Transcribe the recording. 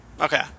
Okay